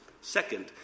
Second